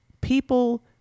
people